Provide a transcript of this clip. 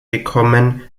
gekommen